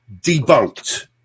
debunked